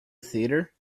theater